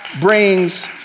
brings